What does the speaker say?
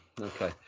Okay